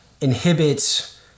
inhibits